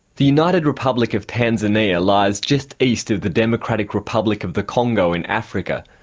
the united republic of tanzania lies just east of the democratic republic of the congo in africa.